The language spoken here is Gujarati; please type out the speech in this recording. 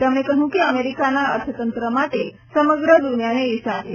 તેમણે કહ્યું કે અમેરિકાના અર્થતંત્ર માટે સમગ્ર દુનિયાને ઇર્ષ્યા છે